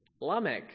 Lamech